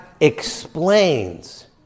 explains